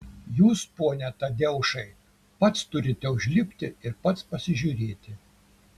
jūs pone tadeušai pats turite užlipti ir pats pasižiūrėti